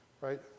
Right